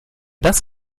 das